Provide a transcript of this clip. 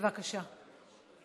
בבקשה.